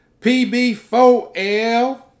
PB4L